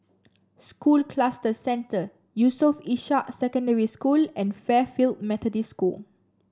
School Cluster Centre Yusof Ishak Secondary School and Fairfield Methodist School